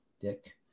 Dick